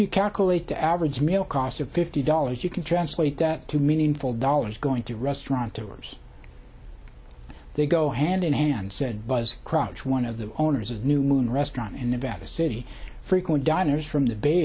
you calculate the average male cost of fifty dollars you can translate that to meaningful dollars going to restaurant tours they go hand in hand said buzz crunch one of the owners of new moon restaurant in the better city frequent diners from the bay